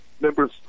Members